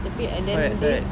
correct correct